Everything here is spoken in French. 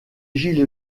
gilets